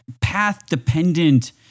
path-dependent